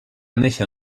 néixer